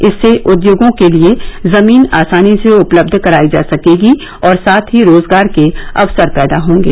इससे उद्योगों के लिए जमीन आसानी से उपलब्ध कराई जा सकेगी और साथ ही रोजगार के अवसर पैदा होंगे